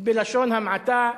בלשון המעטה,